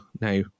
Now